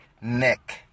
Nick